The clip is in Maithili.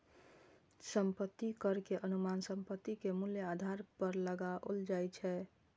संपत्ति कर के अनुमान संपत्ति के मूल्य के आधार पर लगाओल जाइ छै